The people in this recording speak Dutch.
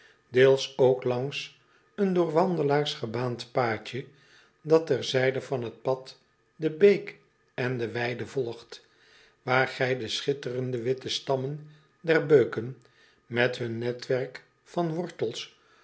deels ook langs een door wandelaars gebaand paadje dat ter zijde van het pad de beek en de weide volgt waar gij de schitterend witte stammen der beuken met hun netwerk van wortels